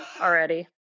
already